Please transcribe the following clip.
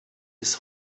his